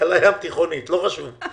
השכלה ים תיכונית אבל אמרנו: